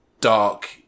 dark